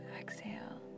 exhale